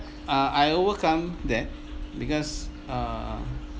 uh I overcome that because err